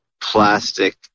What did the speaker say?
plastic